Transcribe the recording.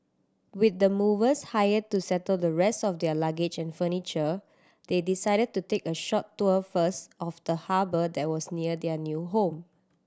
with the movers hired to settle the rest of their luggage and furniture they decided to take a short tour first of the harbour that was near their new home